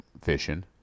fishing